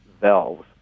valves